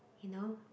you know